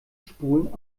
spulen